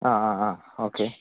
ആ ആ ആ ഓക്കേ